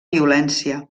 violència